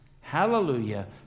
Hallelujah